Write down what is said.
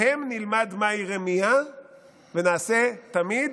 מהם נלמד מהי רמייה ונעשה תמיד,